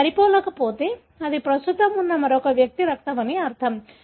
అది సరిపోలకపోతే అది ప్రస్తుతం ఉన్న మరొక వ్యక్తి రక్తం అని అర్థం